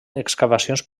excavacions